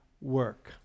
work